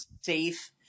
safe